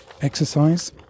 exercise